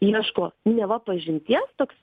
ieško neva pažinties toks